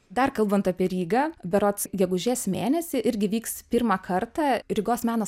dar kalbant apie rygą berods gegužės mėnesį irgi vyks pirmą kartą rygos meno